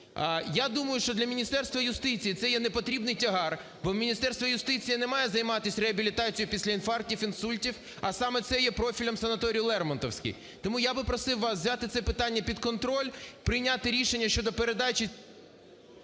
Я думаю, що для Міністерства юстиції це є непотрібний тягар, бо Міністерство юстиції не має займатися реабілітацією після інфарктів, інсультів, а саме це є профілем санаторію "Лермонтовський". Тому я би просив вас взяти це питання під контроль. Прийняти рішення щодо передачі…